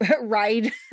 ride